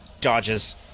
dodges